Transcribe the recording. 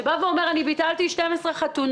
שאומר שהוא ביטל 12 חתונות.